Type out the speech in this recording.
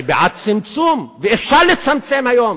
אני בעד צמצום, ואפשר לצמצם היום.